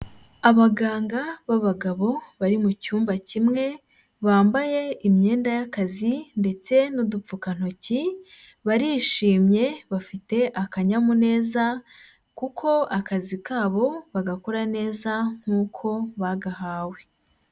Abaganga b'abagabo bari mu cyumba kimwe bambaye imyenda y'akazi ndetse n'udupfukantoki, barishimye bafite akanyamuneza kuko akazi kabo bagakora neza nkuko bagahawe.